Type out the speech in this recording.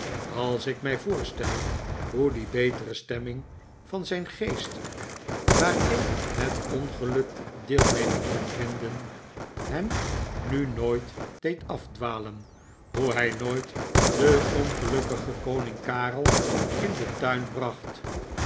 als ik mij voorstel hoe die betere stemming van zijn geest waarin het bngeluk deelneming kon vinden hem nu nooit deed afdwalen hoe hij nooit den ongelukkigen koning karel in den tuin bracht